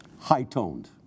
high-toned